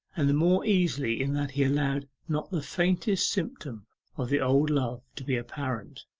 and the more easily in that he allowed not the faintest symptom of the old love to be apparent.